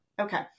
Okay